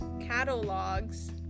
Catalogs